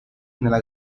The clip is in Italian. nella